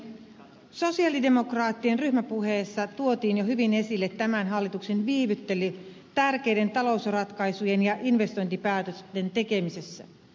sosialidemokraattien ryhmäpuheessa tuotiin jo hyvin esille tämän hallituksen viivyttely tärkeiden talousratkaisujen ja investointipäätösten tekemisessä